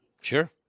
sure